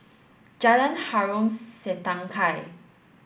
Jalan Harom Setangkai